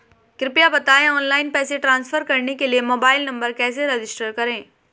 कृपया बताएं ऑनलाइन पैसे ट्रांसफर करने के लिए मोबाइल नंबर कैसे रजिस्टर करें?